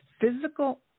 physical